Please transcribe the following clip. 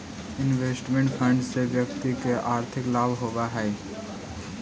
investment fund से व्यक्ति के आर्थिक लाभ होवऽ हई